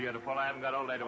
beautiful i've got all th